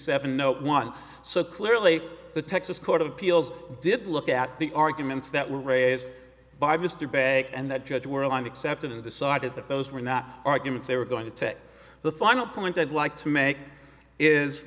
seven no one so clearly the texas court of appeals did look at the arguments that were raised by mr begg and that judge were alarmed accepted and decided that those were not arguments they were going to take the final point i'd like to make is